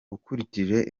ukurikije